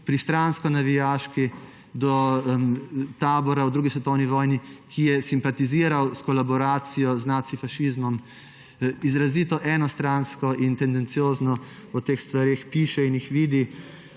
pristransko navijaški do tabora v 2. svetovni vojni, ki je simpatiziral s kolaboracijo, z nacifašizmom. Izrazito enostransko in tendenciozno o teh stvareh piše in jih vidi,